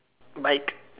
bike